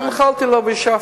ומחלתי לו והשבתי.